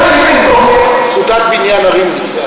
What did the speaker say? פקודת בניין ערים.